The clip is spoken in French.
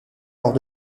lors